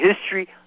history